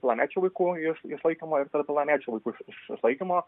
pilnamečių vaikų iš išlaikymo ir tarp nepilnamečių vaikų iš išlaikymo